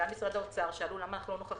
גם משרד האוצר, שאלו למה אנו לא נוכחים.